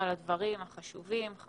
הדברים החשובים, שר.